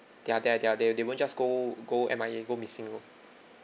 they're there they're they they won't just go go M_I_A go missing